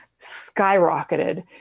skyrocketed